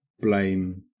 blame